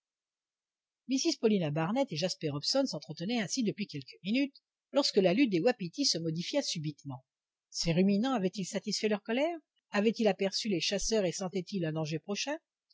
mrs paulina barnett et jasper hobson s'entretenaient ainsi depuis quelques minutes lorsque la lutte des wapitis se modifia subitement ces ruminants avaient-ils satisfait leur colère avaient-ils aperçu les chasseurs et sentaient ils un danger prochain